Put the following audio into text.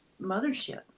mothership